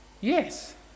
yes